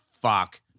fuck